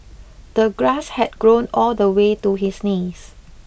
the grass had grown all the way to his knees